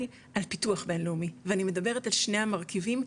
על פיתוח בינלאומי ואני מדברת על שני המרכיבים,